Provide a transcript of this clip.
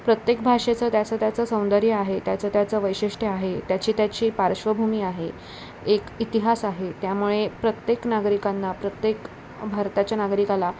प्रत्येक भाषेचं त्याचं त्याचं सौंदर्य आहे त्याचं त्याचं वैशिष्ट्य आहे त्याची त्याची पार्श्वभूमी आहे एक इतिहास आहे त्यामुळे प्रत्येक नागरिकांना प्रत्येक भारताच्या नागरिकाला